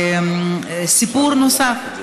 סיפור נוסף: